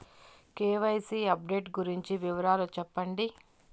KYC update గురించి వివరాలు సెప్పండి?